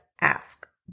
ask